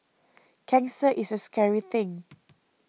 cancer is a scary thing